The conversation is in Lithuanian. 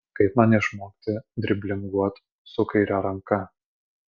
kaip man išmokti driblinguot su kaire ranka